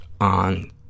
on